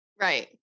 Right